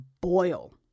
boil